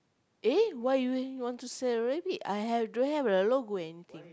eh why you really want to sell your rabbit I have don't have the anything